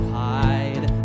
hide